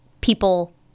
people